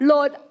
Lord